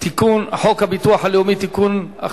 חוק הביטוח הלאומי (תיקון,